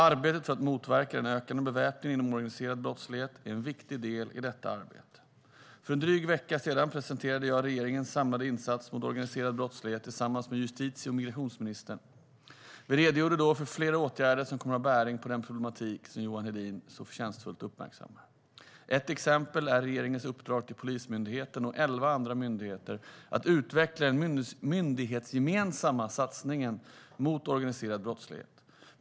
Arbetet för att motverka den ökande beväpningen inom organiserad brottslighet är en viktig del i detta arbete. För drygt en vecka sedan presenterade jag regeringens samlade insats mot organiserad brottslighet tillsammans med justitie och migrationsministern. Vi redogjorde då för flera åtgärder som kommer att ha bäring på den problematik som Johan Hedin förtjänstfullt uppmärksammar. Ett exempel är regeringens uppdrag till Polismyndigheten och elva andra myndigheter att utveckla den myndighetsgemensamma satsningen mot organiserad brottslighet.